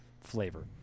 flavor